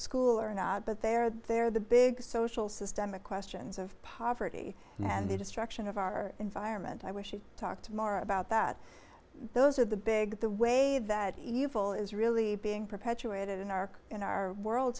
school or not but they're there the big social systemic questions of poverty and the destruction of our environment i wish you talked more about that those are the big the way that evil is really being perpetuated in our in our world